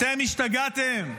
אתם השתגעתם?